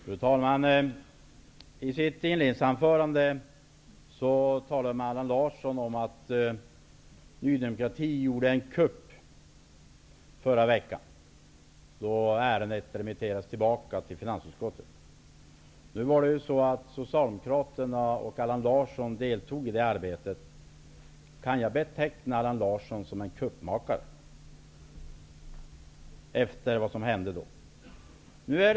Fru talman! I sitt inledningsanförande talar Allan Larsson om att Ny demokrati gjorde en kupp förra veckan, då det blev återremiss till finansutskottet. Men Socialdemokraterna och Allan Larsson deltog i det arbetet, och därför kan jag beteckna Allan Larsson som en kuppmakare med tanke på vad som hänt därefter.